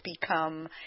become